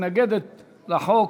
מתנגדת לחוק